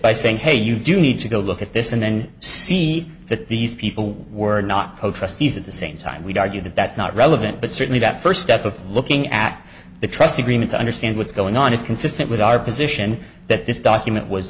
by saying hey you do need to go look at this and then see that these people were not co trustees at the same time we'd argue that that's not relevant but certainly that first step of looking at the trust agreement to understand what's going on is consistent with our position that this document was